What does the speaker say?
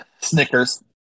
Snickers